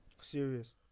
Serious